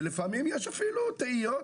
ולפעמים אפילו יש תהיות,